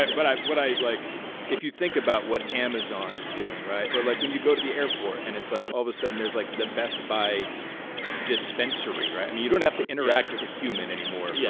but but what i, like if you think about what amazon is doing right? or, like, when you go to the airport and it's, like, all of a sudden there is, like, the best buy dispensary, right? i mean, you dont have to interact with a human anymore yeah